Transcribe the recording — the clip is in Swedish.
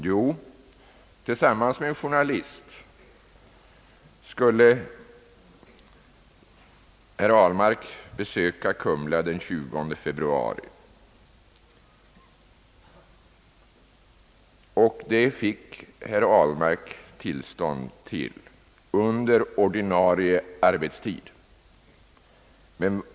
Jo, tillsammans med en journalist ville herr Ahlmark besöka Kumla den 20 februari, och det fick herr Ahlmark tillstånd till, under ordinarie arbetstid.